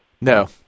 No